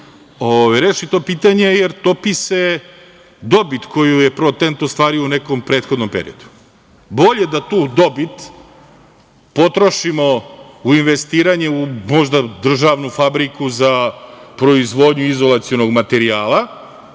reši to pitanje, jer topi se dobit koju je „Pro Tent“ ostvario u nekom prethodnom periodu. Bolje da tu dobit potrošimo u investiranje, možda, u državnu firmu za proizvodnju izolacionog materijala,